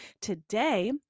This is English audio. Today